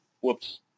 Whoops